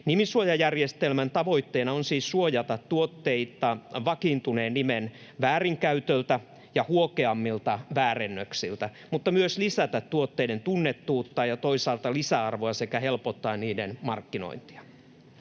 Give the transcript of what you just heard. Nimisuojajärjestelmän tavoitteena on siis suojata tuotteita vakiintuneen nimen väärinkäytöltä ja huokeammilta väärennöksiltä mutta myös lisätä tuotteiden tunnettuutta ja toisaalta lisäarvoa sekä helpottaa niiden markkinointia.